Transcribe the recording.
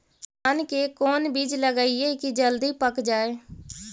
धान के कोन बिज लगईयै कि जल्दी पक जाए?